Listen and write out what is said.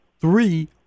three